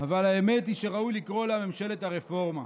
אבל האמת היא שראוי לקרוא לה ממשלת הרפורמה.